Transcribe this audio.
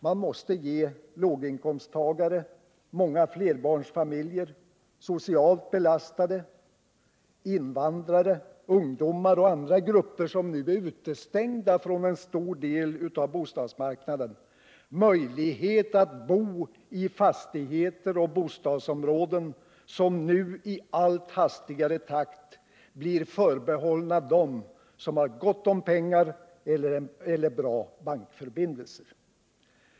Man måste ge låginkomsttagare, många flerbarnsfamiljer, socialt belastade, invandrare, ungdomar och andra grupper som nu är utestängda från en stor del av bostadsmarknaden möjlighet att bo i fastigheter och bostadsområden, som nu i allt hastigare takt blir förbehållna dem som har gott om pengar eller goda bankförbindelser.